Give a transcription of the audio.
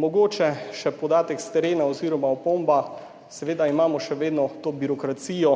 Mogoče še podatek s terena oziroma opomba – seveda imamo še vedno to birokracijo.